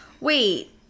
Wait